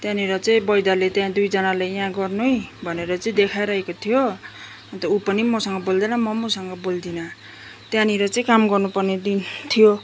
त्यहाँनिर चाहिँ बैदारले त्यहाँ दुईजनाले यहाँ गर्नु है भनेर चाहिँ देखाइरहेको थियो अन्त उ पनि मसँग बोल्दैन म पनि उसँग बोल्दिनँ त्यहाँनिर चाहिँ काम गर्नु पर्ने दिन थियो